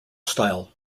style